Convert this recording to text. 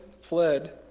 fled